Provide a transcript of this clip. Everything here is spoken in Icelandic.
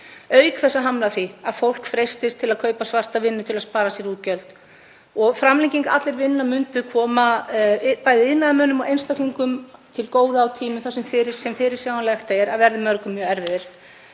auk þess að hamla því að fólk freistist til að kaupa svarta vinnu til að spara sér útgjöld. Framlenging Allir vinna myndi koma bæði iðnaðarmönnum og einstaklingum til góða á tímum sem fyrirsjáanlegt er að verða mörgum mjög erfiðir.